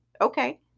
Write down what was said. okay